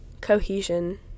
cohesion